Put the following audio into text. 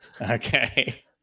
okay